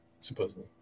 supposedly